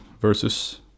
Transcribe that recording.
versus